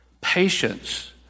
Patience